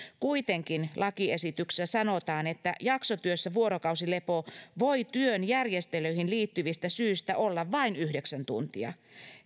kuitenkin lakiesityksessä sanotaan että jaksotyössä vuorokausilepo voi työn järjestelyihin liittyvistä syistä olla vain yhdeksän tuntia